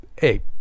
hey